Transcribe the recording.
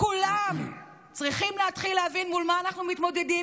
כולם צריכים להתחיל להבין מול מה אנחנו מתמודדים,